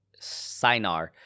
Sinar